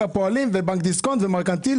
ופעלנו לעדכן אותה.